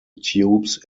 tubes